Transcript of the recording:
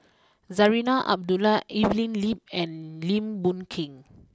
Zarinah Abdullah Evelyn Lip and Lim Boon Keng